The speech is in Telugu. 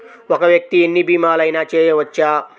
ఒక్క వ్యక్తి ఎన్ని భీమలయినా చేయవచ్చా?